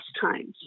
times